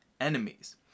enemies